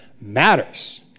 matters